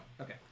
Okay